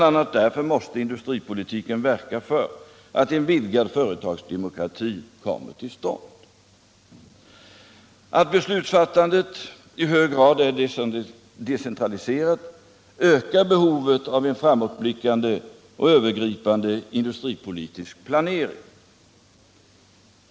a. därför måste industripolitiken verka för att en vidgad företagsdemokrati kommer till 25 Att beslutsfattandet i hög grad är decentraliserat ökar behovet av en framåtblickande och övergripande industripolitisk planering.